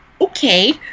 Okay